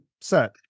set